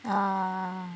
ah